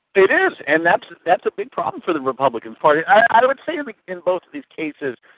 it is and that's that's a big problem for the republican party. i would say but in both of these cases,